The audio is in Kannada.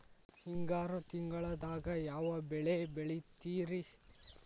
ಹಿಂಗಾರು ತಿಂಗಳದಾಗ ಯಾವ ಬೆಳೆ ಬೆಳಿತಿರಿ?